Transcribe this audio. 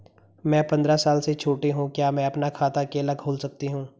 मैं पंद्रह साल से छोटी हूँ क्या मैं अपना खाता अकेला खोल सकती हूँ?